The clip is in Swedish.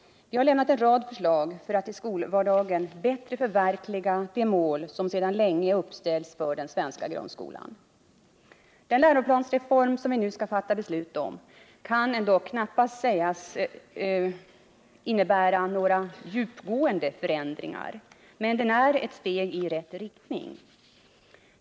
Vi har lämnat en rad förslag för att i skolvardagen bättre förverkliga de mål som sedan länge uppställts för den svenska grundskolan. Den läroplansreform vi nu skall fatta beslut om kan knappast sägas innebära några djupgående förändringar, men den är ett steg i rätt riktning.